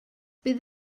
bydd